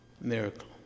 miracle